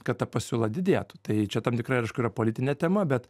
kad ta pasiūla didėtų tai čia tam tikra ir aišku yra politinė tema bet